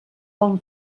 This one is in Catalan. bon